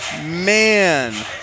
man